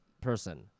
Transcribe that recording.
person